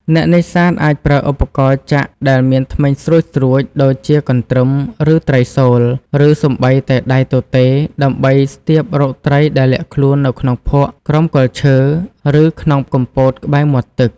អ្នកនេសាទអាចប្រើឧបករណ៍ចាក់ដែលមានធ្មេញស្រួចៗ ដូចជាកន្ទ្រឹម ឬត្រីសូល ឬសូម្បីតែដៃទទេដើម្បីស្ទាបរកត្រីដែលលាក់ខ្លួននៅក្នុងភក់ ក្រោមគល់ឈើ ឬក្នុងគុម្ពោតក្បែរមាត់ទឹក។